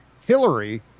Hillary